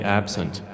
absent